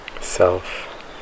self